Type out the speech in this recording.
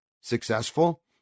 successful